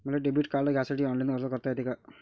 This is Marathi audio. मले डेबिट कार्ड घ्यासाठी ऑनलाईन अर्ज करता येते का?